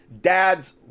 dad's